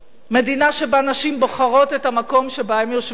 מדינה שבה נשים בוחרות את המקום שבו הן יושבות,